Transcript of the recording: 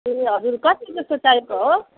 ए हजुर कति जस्तो चाहिएको हो